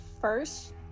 first